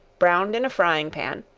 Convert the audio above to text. browned in a frying pan,